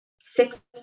six